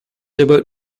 about